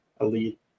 elite